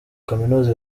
kaminuza